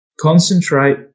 concentrate